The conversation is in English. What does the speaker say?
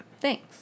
Thanks